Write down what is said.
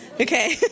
Okay